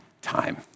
time